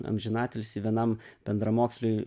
amžinatilsį vienam bendramoksliui